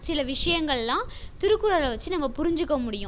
சில விஷயங்கள்லாம் திருக்குறளை வச்சு நம்ம புரிஞ்சுக்க முடியும்